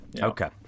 Okay